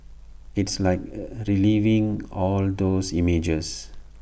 it's like reliving all those images